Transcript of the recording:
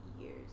years